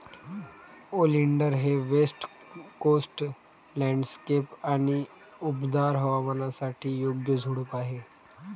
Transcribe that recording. oleander हे west coast landscape आणि उबदार हवामानासाठी योग्य झुडूप आहे